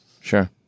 Sure